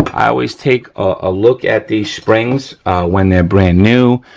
i always take a look at these springs when they're brand new.